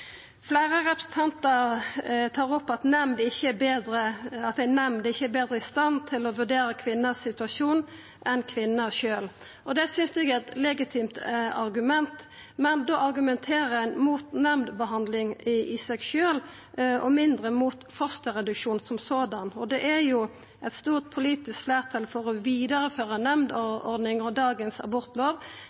Fleire representantar tar opp at ei nemnd ikkje er betre i stand til å vurdera situasjonen til kvinna enn kvinna sjølv. Det synest eg er eit legitimt argument, men da argumenterer ein mot nemndbehandling i seg sjølv – og mindre mot fosterreduksjon. Det er eit stort politisk fleirtal for å vidareføre nemndordninga og dagens abortlov.